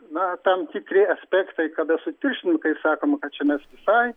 na tam tikri aspektai kada sutirštinam kai sakom kad čia mes visai